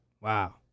Wow